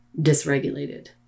dysregulated